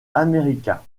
américain